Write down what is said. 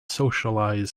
socialize